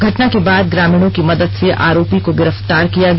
घटना के बाद ग्रामीणों की मदद से आरोपी को गिरफ्तार किया गया